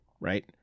Right